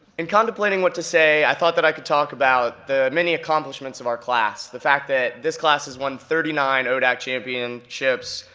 in contemplating what to say, i thought that i could talk about the many accomplishments of our class, the fact that this class has won thirty nine odac championships,